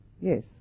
yes